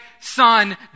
son